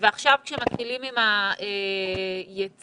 ועכשיו כשמתחילים עם היציאה,